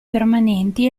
permanenti